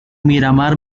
miramar